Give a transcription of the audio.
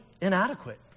inadequate